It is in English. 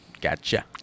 Gotcha